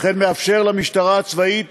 וכן מאפשר למשטרה הצבאית